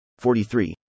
43